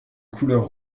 couleur